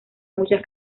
muchas